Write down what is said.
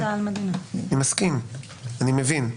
אני מסכים ומבין.